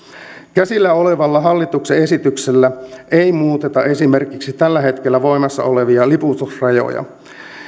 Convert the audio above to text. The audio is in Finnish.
käsillä olevalla hallituksen esityksellä ei muuteta esimerkiksi tällä hetkellä voimassa olevia liputusrajoja